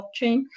blockchain